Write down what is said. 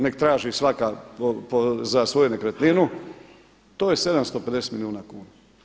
Nek' traži svaka za svoju nekretninu to je 750 milijuna kuna.